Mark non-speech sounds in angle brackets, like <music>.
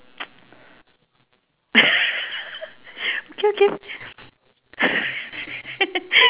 <noise> <laughs> okay okay <laughs>